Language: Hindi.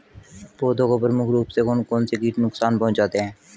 पौधों को प्रमुख रूप से कौन कौन से कीट नुकसान पहुंचाते हैं?